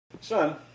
Son